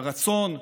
הרצון,